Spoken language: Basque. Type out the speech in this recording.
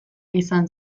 izan